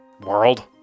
world